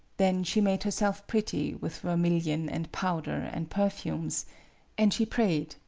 then she made herself pretty with vermilion and powder and perfumes and she prayed,